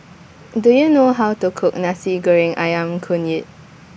Do YOU know How to Cook Nasi Goreng Ayam Kunyit